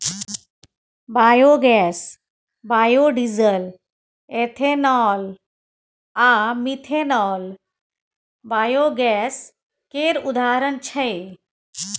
biogas, biodiesel, ethanol आ methanol biogas केर उदाहरण छै